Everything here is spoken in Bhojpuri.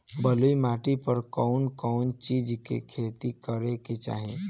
बलुई माटी पर कउन कउन चिज के खेती करे के चाही?